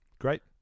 Great